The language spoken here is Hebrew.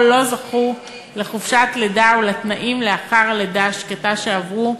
לא זכו לחופשת לידה ולתנאים לאחר הלידה השקטה שעברו.